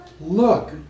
look